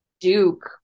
Duke